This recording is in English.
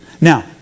Now